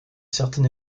certaine